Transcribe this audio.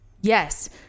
Yes